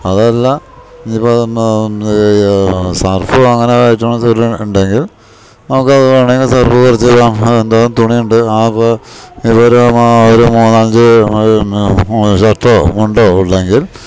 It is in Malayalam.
അതല്ല ഇനി ഇപ്പം സർഫ് വാങ്ങണത് ഉണ്ടെങ്കിൽ നമുക്ക് അത് വേണെങ്കിൽ സർഫ് കുറച്ച് അതെന്തോരം തുണിയുണ്ട് ആ ഇപ്പം ഇവർ ഒരു മൂന്ന് നാല് അഞ്ച് ഷർട്ടോ മുണ്ടോ ഉണ്ടെങ്കിൽ